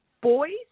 boys